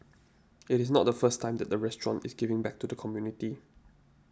it is not the first time that the restaurant is giving back to the community